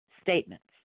statements